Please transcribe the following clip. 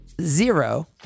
zero